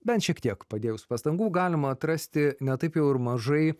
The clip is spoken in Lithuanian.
bent šiek tiek padėjus pastangų galima atrasti ne taip jau ir mažai